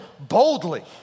boldly